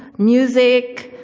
music,